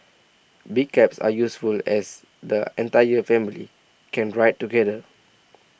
big cabs are useful as the entire family can ride together